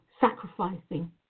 sacrificing